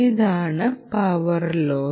ഇതാണ് power loss